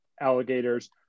alligators